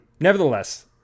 nevertheless